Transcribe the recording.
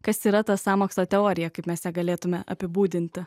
kas yra ta sąmokslo teorija kaip mes ją galėtume apibūdinti